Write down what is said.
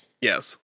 Yes